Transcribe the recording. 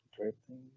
drifting